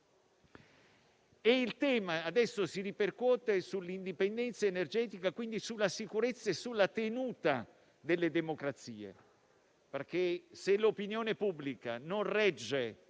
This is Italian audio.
Il tema adesso si ripercuote sull'indipendenza energetica, quindi sulla sicurezza e sulla tenuta delle democrazie, perché, se l'opinione pubblica non regge